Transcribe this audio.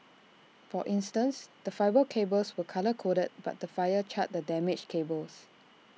for instance the fibre cables were colour coded but the fire charred the damaged cables